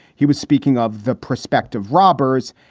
he was speaking of the prospective robbers.